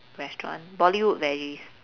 restaurant bollywood veggies